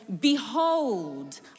behold